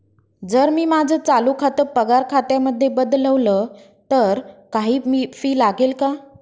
जर मी माझं चालू खातं पगार खात्यामध्ये बदलवल, तर काही फी लागेल का?